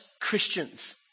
Christians